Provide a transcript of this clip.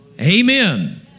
Amen